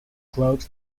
clothes